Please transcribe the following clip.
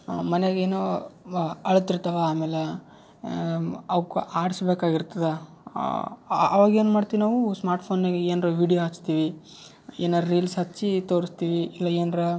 ಮನ್ಯಾಗ ಏನೋ ಅಳ್ತಿರ್ತಾವೆ ಆಮೇಲೆ ಅವಕ್ಕ ಆಡ್ಸ್ಬೇಕಾಗಿರ್ತದೆ ಅವಾಗ ಏನು ಮಾಡ್ತೀವಿ ನಾವು ಸ್ಮಾರ್ಟ್ ಫೋನ್ನ್ಯಾಗ ಏನಾರ ವೀಡಿಯೋ ಹಚ್ತಿವಿ ಏನಾರ ರೀಲ್ಸ್ ಹಚ್ಚಿ ತೋರಿಸ್ತೀವಿ ಇಲ್ಲ ಏನಾರ